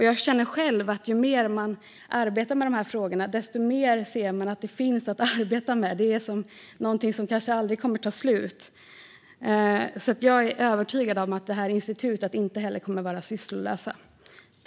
Jag känner själv att ju mer man arbetar med frågorna, desto mer ser man att det finns att arbeta med. Det är något som kanske aldrig kommer att ta slut. Jag är alltså övertygad om att det här institutet inte kommer att vara sysslolöst.